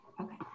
okay